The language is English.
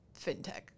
fintech